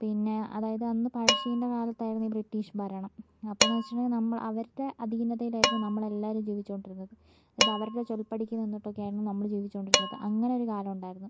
പിന്നെ അതായത് അന്ന് പഴശ്ശീൻ്റെ കാലത്തായിരുന്നു ഈ ബ്രിട്ടീഷ് ഭരണം ആപ്പോന്ന് വെച്ചുകഴിഞ്ഞാൽ നമ്മൾ അവരുടെ അധീനതയിലായിരുന്നു നമ്മൾ എല്ലാരും ജീവിച്ചോണ്ടിരുന്നത് അവരുടെ ചൊൽപ്പടിക്ക് നിന്നിട്ടൊക്കെയായിരുന്നു നമ്മൾ ജീവിച്ചോണ്ടിരുന്നത് അങ്ങനൊരു കാലം ഉണ്ടായിരുന്നു